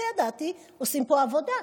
וידעתי, עושים פה עבודה.